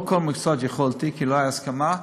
לא בכל מקצוע יכולתי, כי לא הייתה הסכמה,